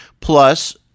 Plus